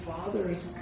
Father's